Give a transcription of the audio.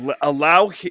allow